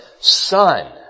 son